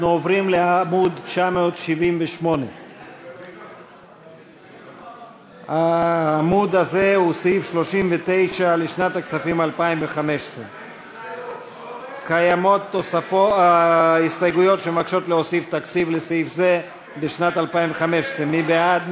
עוברים לעמוד 978. העמוד הזה הוא סעיף 39 לשנת הכספים 2015. קיימות הסתייגויות שמבקשות להוסיף תקציב לסעיף זה בשנת 2015. מי בעד?